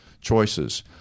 choices